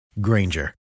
Granger